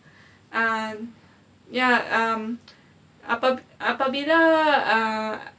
um ya um apa apabila uh